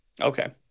Okay